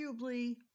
arguably